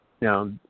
Now